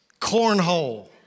cornhole